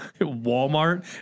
Walmart